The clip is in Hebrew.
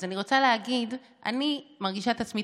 אז אני רוצה להגיד שאני מרגישה את עצמי